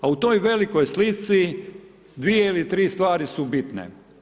A u toj veliki slici, dvije ili tri stvari su bitne.